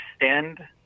extend